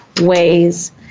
ways